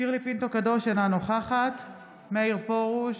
שירלי פינטו קדוש, אינה נוכחת מאיר פרוש,